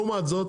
לעומת זאת